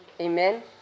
Amen